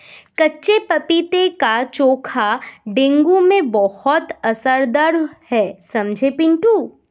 कच्चे पपीते का चोखा डेंगू में बहुत असरदार है समझे पिंटू